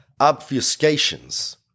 obfuscations